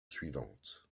suivante